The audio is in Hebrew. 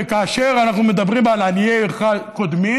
וכאשר אנחנו מדברים על עניי עירך קודמים,